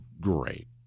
great